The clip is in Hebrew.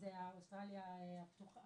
אז אוסטרליה הפתוחה,